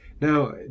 Now